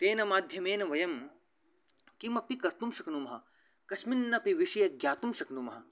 तेन माध्यमेन वयं किमपि कर्तुं शक्नुमः कस्यापि विषये ज्ञातुं शक्नुमः